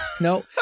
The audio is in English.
No